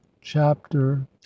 chapter